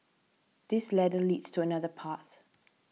this ladder leads to another path